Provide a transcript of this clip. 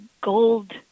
gold